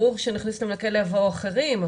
ברור שנכניס אותם לכלא ויבואו אחרים,